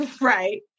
right